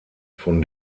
von